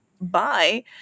bye